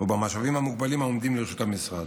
ובמשאבים המוגבלים שעומדים לרשות המשרד.